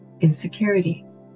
insecurities